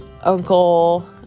uncle